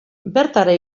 bertara